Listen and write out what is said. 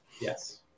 Yes